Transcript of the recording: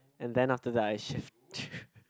and then after that I shift